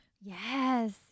Yes